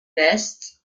nests